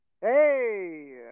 Hey